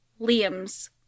Liam's